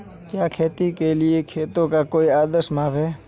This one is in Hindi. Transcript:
क्या खेती के लिए खेतों का कोई आदर्श माप है?